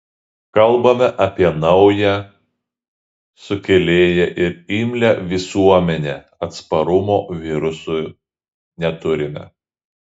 kalbame apie naują sukėlėją ir imlią visuomenę atsparumo virusui neturime